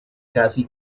casi